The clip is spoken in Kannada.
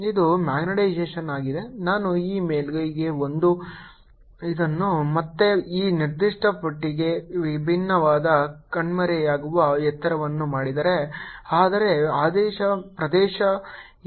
ಇದು ಮ್ಯಾಗ್ನೆಟೈಸೇಶನ್ ಆಗಿದೆ ನಾನು ಈ ಮೇಲ್ಮೈಗೆ ಬಂದು ಇದನ್ನು ಮತ್ತೆ ಈ ನಿರ್ದಿಷ್ಟ ಪೆಟ್ಟಿಗೆಯನ್ನು ವಿಭಿನ್ನವಾದ ಕಣ್ಮರೆಯಾಗುವ ಎತ್ತರವನ್ನು ಮಾಡಿದರೆ ಆದರೆ ಪ್ರದೇಶ a